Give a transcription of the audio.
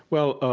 well,